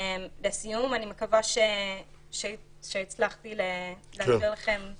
לסיום אני מקווה שהצלחתי להסביר לכם --- כן,